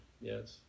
Yes